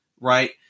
Right